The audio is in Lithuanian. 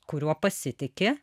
kuriuo pasitiki